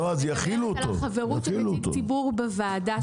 אני מדברת על החברות של נציג ציבור בוועדה.